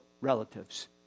relatives